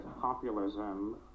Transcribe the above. populism